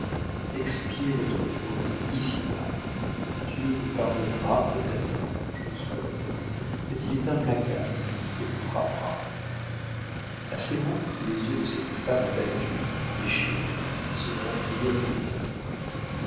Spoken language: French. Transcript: expiez votre faute ici-bas dieu vous pardonnera peut-être je le souhaite mais il est implacable et vous frappera a ces mots les yeux de cette femme abattue déchirée se remplirent de pleurs